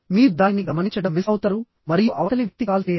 మీరు దానిని గమనించడం మిస్ అవుతారు మరియు అవతలి వ్యక్తి కాల్ చేయరు